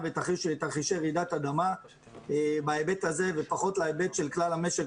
ותרחישי רעידת אדמה ופחות להיבט של כלל המשק,